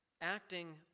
acting